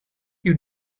you